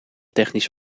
technisch